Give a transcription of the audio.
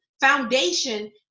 foundation